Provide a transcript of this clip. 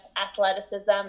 athleticism